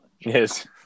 Yes